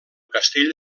castell